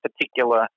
particular